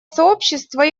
сообщество